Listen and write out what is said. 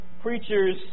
preachers